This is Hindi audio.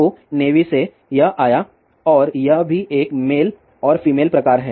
तो नेवी से यह आया और यह भी एक मेल और फीमेल प्रकार है